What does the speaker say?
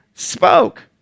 spoke